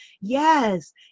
Yes